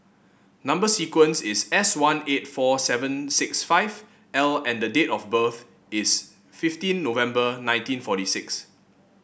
number sequence is S one eight four seven six five L and the date of birth is fifteen November nineteen forty six